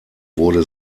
wurde